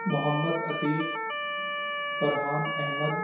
Muhammad Atiq Farhan Ahmad